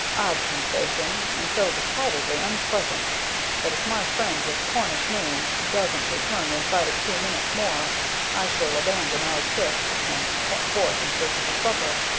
odd sensation, and so decidedly unpleasant that if my friend with the cornish name doesn't return inside of two minutes more i shall abandon our tryst and set forth in search of a supper.